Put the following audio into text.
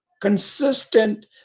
consistent